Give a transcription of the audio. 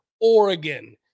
Oregon